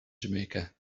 jamaica